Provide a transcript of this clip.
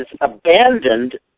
abandoned